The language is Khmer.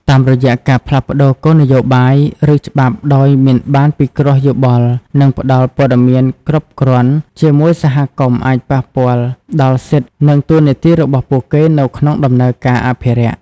តាមរយៈការផ្លាស់ប្តូរគោលនយោបាយ ឬច្បាប់ដោយមិនបានពិគ្រោះយោបល់នឹងផ្ដល់ព័ត៌មានគ្រប់គ្រាន់ជាមួយសហគមន៍អាចប៉ះពាល់ដល់សិទ្ធិ និងតួនាទីរបស់ពួកគេនៅក្នុងដំណើរការអភិរក្ស។